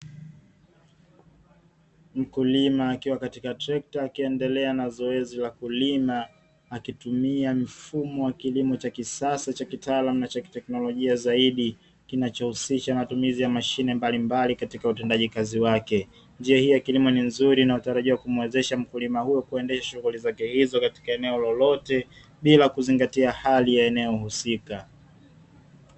Mkulima akiwa katika trekta akiendelea na zoezi la kulima akitumia mfumo wa kilimo cha kisasa cha kitaalamu na chaki teknolojia zaidi kinachohusisha matumizi ya mashine mbalimbali katika utendaji kazi wake. Njia hii ya kilimo ni nzuri na utaratibu kumwezesha mkulima huyo kuendesha shughuli za giza katika eneo lolote bila kuzingatia hali ya eneo husika.